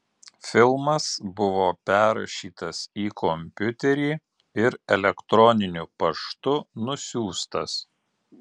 filmas buvo perrašytas į kompiuterį ir elektroniniu paštu nusiųstas